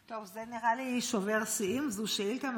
טוב, זה נראה לי שובר שיאים, זו שאילתה מאוקטובר.